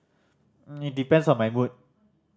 it depends on my mood